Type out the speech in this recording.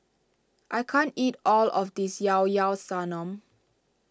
I can't eat all of this Llao Llao Sanum